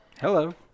Hello